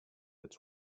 its